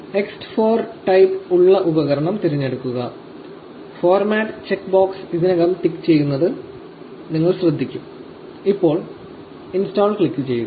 NXT 4 type ഉള്ള ഉപകരണം തിരഞ്ഞെടുക്കുക ഫോർമാറ്റ് ചെക്ക് ബോക്സ് ഇതിനകം ടിക്ക് ചെയ്തിരിക്കുന്നത് നിങ്ങൾ ശ്രദ്ധിക്കും ഇപ്പോൾ ഇൻസ്റ്റാൾ ക്ലിക്ക് ചെയ്യുക